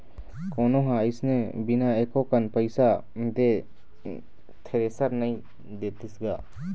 कोनो ह अइसने बिना एको कन पइसा दे थेरेसर नइ देतिस गा